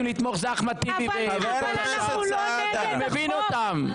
לתמוך זה אחמד טיבי וכל השאר --- אני מבין אותם,